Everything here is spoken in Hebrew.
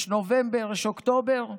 יש נובמבר, יש אוקטובר.